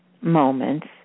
moments